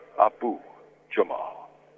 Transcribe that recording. Abu-Jamal